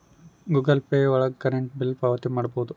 Google Pay ಒಳಗ current bill ಪಾವತಿ ಮಾಡ್ಬೋದು